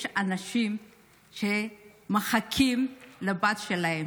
יש אנשים שמחכים לבת שלהם.